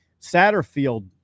Satterfield